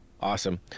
Awesome